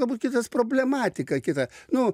galbūt kitas problematika kita nu